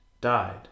died